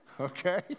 Okay